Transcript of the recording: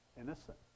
innocent